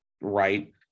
right